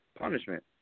punishment